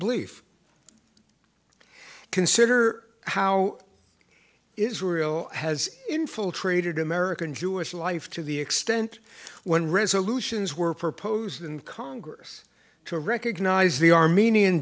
belief consider how israel has infiltrated american jewish life to the extent when resolutions were proposed and congress to recognize the armenian